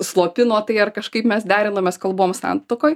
slopino tai ar kažkaip mes derinomės kol buvom santuokoj